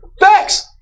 Facts